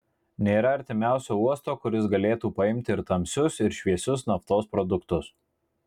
nėra artimiausio uosto kuris galėtų paimti ir tamsius ir šviesius naftos produktus